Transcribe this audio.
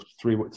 three